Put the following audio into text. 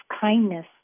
kindness